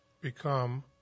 become